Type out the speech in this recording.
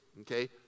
okay